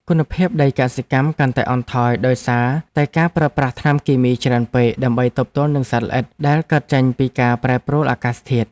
គុណភាពដីកសិកម្មកាន់តែអន់ថយដោយសារតែការប្រើប្រាស់ថ្នាំគីមីច្រើនពេកដើម្បីទប់ទល់នឹងសត្វល្អិតដែលកើតចេញពីការ ប្រែប្រួលអាកាសធាតុ។